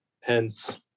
Hence